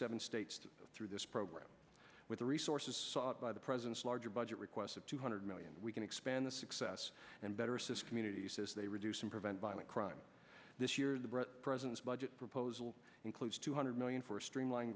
seven states through this program with the resources sought by the president's larger budget requests of two hundred million we can expand the success and better assist community says they reduce and prevent violent crime this year the breath president's budget proposal includes two hundred million for a streamline